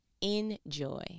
Enjoy